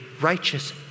righteous